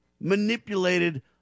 manipulated